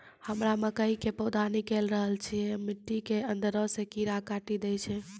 हमरा मकई के पौधा निकैल रहल छै मिट्टी के अंदरे से कीड़ा काटी दै छै?